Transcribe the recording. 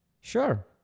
Sure